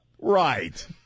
Right